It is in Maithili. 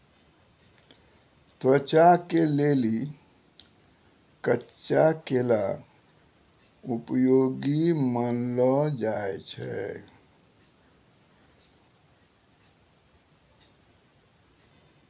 त्वचा के लेली कच्चा केला उपयोगी मानलो जाय छै